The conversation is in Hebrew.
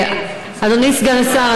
אדוני סגן השר,